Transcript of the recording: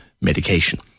medication